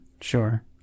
Sure